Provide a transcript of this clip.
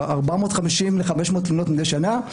500-450 תלונות מדי שנה.